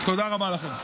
תודה רבה לכם.